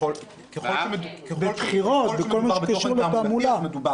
ככל שמדובר בתוכן תעמולתי.